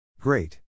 Great